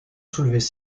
soulevaient